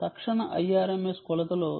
తక్షణ Irms కొలతలో 0